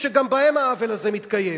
שגם בהם העוול הזה מתקיים.